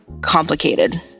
complicated